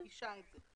אני מדגישה את זה.